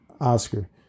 Oscar